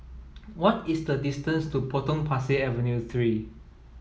what is the distance to Potong Pasir Avenue three